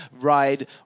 ride